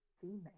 female